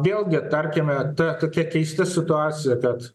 vėlgi tarkime ta tokia keista situacija kad